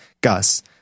Gus